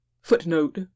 Footnote